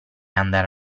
andare